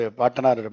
partner